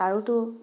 আৰুতো